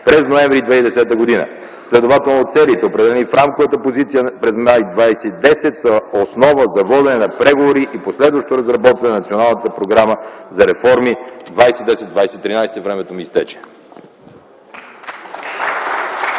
през м. ноември 2010 г., следователно целите, определени в Рамковата позиция през м. май 2010 г., са основа за водене на преговори и последващо разработване на Националната програма за реформи 2010-2013. Времето ми изтече.